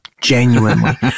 genuinely